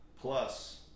Plus